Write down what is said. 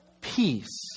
peace